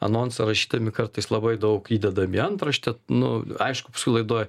anonsą rašydami kartais labai daug įdedam į antraštę nu aišku paskui laidoj